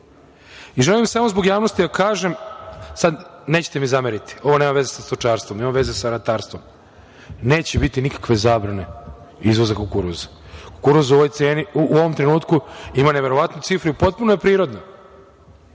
bih samo zbog javnosti da kažem, nećete mi zameriti, ovo nema veze sa stočarstvom, ima veze sa ratarstvom, neće biti nikakve zabrane izvoza kukuruza. Kukuruz u ovom trenutku ima neverovatnu cifru i potpuno je prirodno